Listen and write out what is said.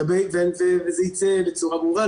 וזה יצא בצורה ברורה.